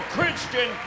Christian